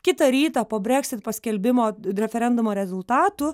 kitą rytą po breksit paskelbimo referendumo rezultatų